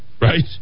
right